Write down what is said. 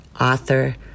author